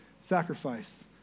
sacrifice